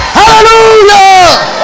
hallelujah